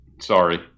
sorry